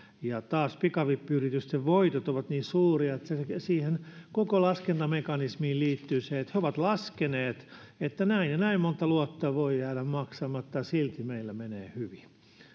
pikavippiyritysten voitot taas ovat niin suuria että siihen koko laskentamekanismiin liittyy se että he ovat laskeneet että näin ja näin monta luottoa voi jäädä maksamatta ja silti heillä menee hyvin